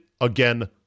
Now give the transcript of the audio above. again